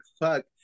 Fuck